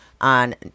on